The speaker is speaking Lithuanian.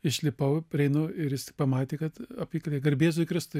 išlipau prieinu ir jis pamatė kad apykaklė garbė jėzui kristui